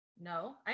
No